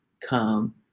come